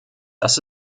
das